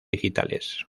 digitales